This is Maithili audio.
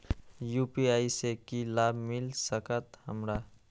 यू.पी.आई से की लाभ मिल सकत हमरा?